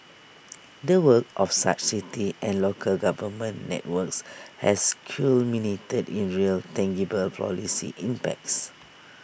the work of such city and local government networks has culminated in real tangible policy impacts